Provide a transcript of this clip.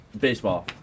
baseball